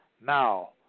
Now